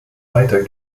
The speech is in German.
weiter